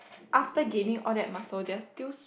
after gaining all that muscle there's still